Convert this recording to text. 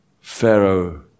Pharaoh